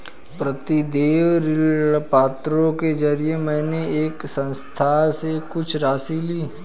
प्रतिदेय ऋणपत्रों के जरिये मैंने एक संस्था से कुछ राशि ली